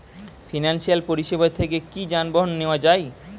Financial পরিসেবা থেকে কি যানবাহন নেওয়া যায়?